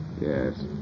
Yes